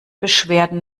beschwerden